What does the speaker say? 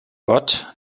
gott